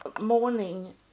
morning